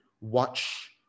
Watch